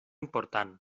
important